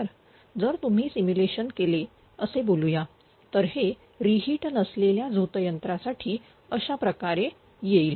जर तुम्ही सिम्युलेशन केले असे बोलूया तर हे रि हिट नसलेल्या झोतयंत्रासाठीअशाप्रकारे येईल